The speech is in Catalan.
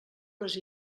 les